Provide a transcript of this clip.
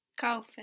Kaufen